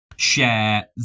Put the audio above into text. Share